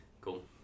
Cool